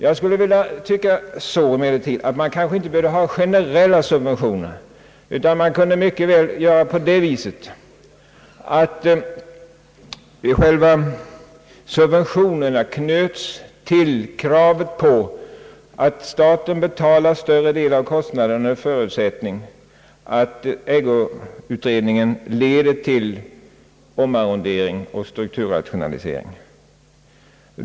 Man kanske inte behöver tillgripa generella subventioner utan man kan som jag ser det mycket väl såsom en förutsättning för att staten skall betala större delen av kostnaderna kräva att ägoutredningen leder till ägoutbyte, omarrondering och = strukturrationalisering.